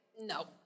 no